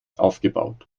aufgebaut